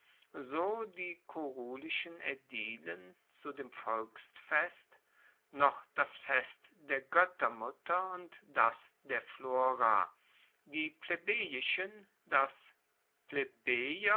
so die kurulischen aedilen zu dem alten volksfest noch das fest der goettermutter und das der flora die plebejischen das